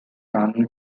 tunnel